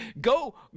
Go